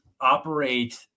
operate